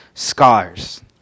scars